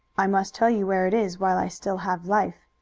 i must tell you where it is while i still have life.